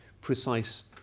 precise